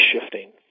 shifting